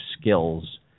skills